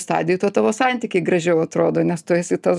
stadijoj tuo tavo santykiai gražiau atrodo nes tu esi tas